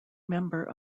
member